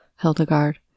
Hildegard